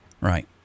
Right